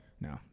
No